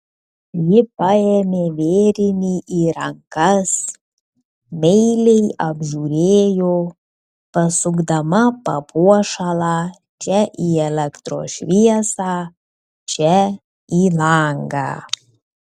ji paėmė vėrinį į rankas meiliai apžiūrėjo pasukdama papuošalą čia į elektros šviesą čia į langą